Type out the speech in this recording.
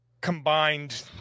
combined